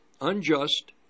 unjust